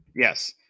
Yes